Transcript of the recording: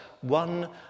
one